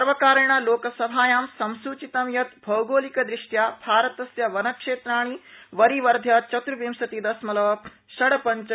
सर्वकारेण लोकसभायां संसूचितं यत् भौगोलिकदृष्ट्या भारतस्य वनक्षेत्राणि वरिवर्ध्य चतुर्विंशतिदशमलव पंचषड् इति जातम्